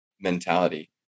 mentality